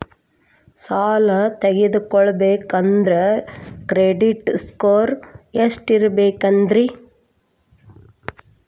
ಸಾಲ ತಗೋಬೇಕಂದ್ರ credit score ಎಷ್ಟ ಇರಬೇಕ್ರಿ?